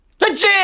Legit